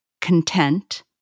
content